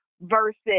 versus